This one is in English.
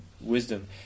wisdom